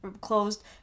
closed